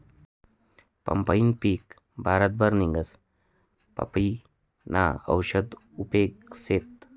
पंपईनं पिक भारतभर निंघस, पपयीना औषधी उपेग शेतस